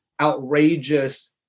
outrageous